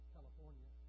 California